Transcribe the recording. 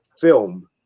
film